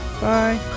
Bye